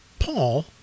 Paul